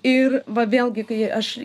ir va vėlgi kai aš